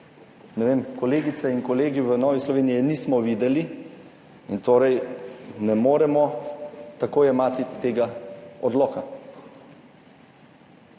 Ne vem. Kolegice in kolegi, v Novi Sloveniji je nismo videli in torej ne moremo tako jemati tega odloka.